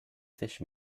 fish